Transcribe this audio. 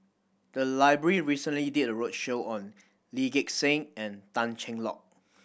the library recently did a roadshow on Lee Gek Seng and Tan Cheng Lock